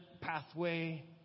pathway